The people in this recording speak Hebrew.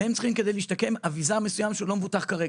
נניח שכדי להשתקם הם צריכים אביזר מסוים שהוא לא מבוטח כרגע.